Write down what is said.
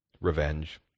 revenge